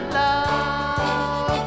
love